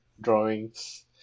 drawings